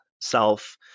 self